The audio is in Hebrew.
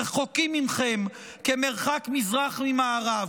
רחוקים מכם כמרחק מזרח ממערב?